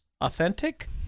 authentic